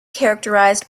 characterized